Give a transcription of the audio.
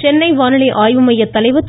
சென்னை வானிலை ஆய்வு மையத் தலைவா திரு